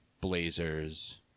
blazers